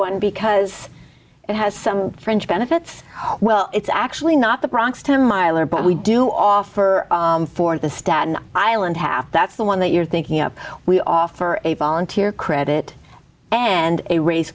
one because it has some fringe benefits well it's actually not the bronx ten miler but we do offer for the staten island half that's the one that you're thinking of we offer a volunteer credit and a ra